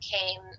came